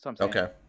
Okay